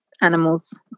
animals